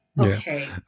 Okay